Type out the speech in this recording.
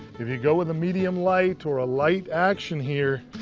if you go with a medium light or a light action here,